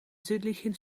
südlichen